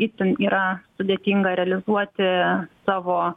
itin yra sudėtinga realizuoti savo